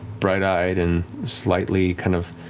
bright-eyed and slightly, kind of,